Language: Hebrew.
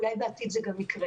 ואולי בעתיד זה גם יקרה.